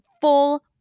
full